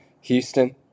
Houston